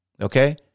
Okay